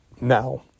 now